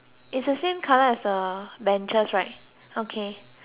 as the benches right okay beside